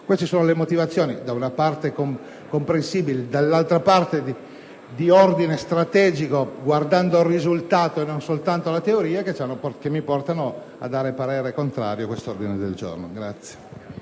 Queste sono le motivazioni, da una parte comprensibili e, dall'altra parte, di ordine strategico, guardando al risultato e non soltanto alla teoria, che mi portano a dare parere contrario sull'ordine del giorno G100.